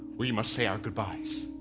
we must say our goodbyes.